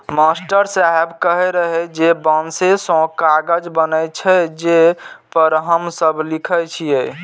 master साहेब कहै रहै जे बांसे सं कागज बनै छै, जे पर हम सब लिखै छियै